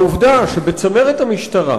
העובדה שבצמרת המשטרה